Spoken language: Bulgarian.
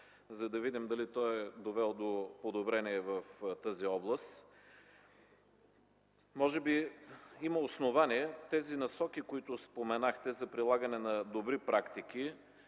за да видим дали той е довел до подобрения в тази област. Може би има основание Насоките за прилагане на добри практики,